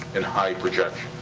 and high projection.